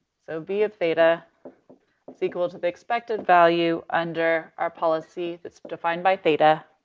so v of theta is equal to the expected value under our policy that's defined by theta